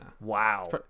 Wow